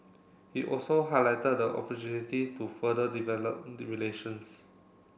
he also highlighted the opportunity to further develop the relations